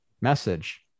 message